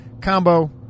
Combo